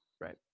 right